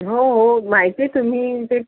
हो हो माहिती तुम्ही ते